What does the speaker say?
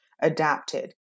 adapted